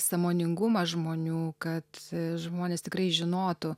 sąmoningumas žmonių kad žmonės tikrai žinotų